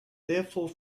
therefore